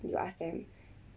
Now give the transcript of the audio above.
you ask them